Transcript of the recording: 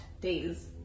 days